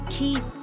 Keep